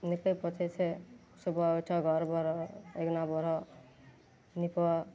नीपय पोतयसँ एगो आओर छगर बढ़ऽ अइगिना बढ़ऽ नीपऽ